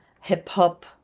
hip-hop